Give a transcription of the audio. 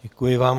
Děkuji vám.